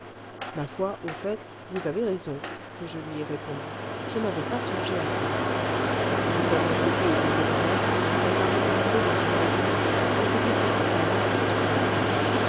ma foi au fait vous avez raison que je lui ai répondu je n'avais pas songé à ça nous avons été au bureau des moeurs elle m'a recommandée dans une maison et c'est depuis ce temps-là que je suis inscrite